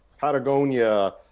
Patagonia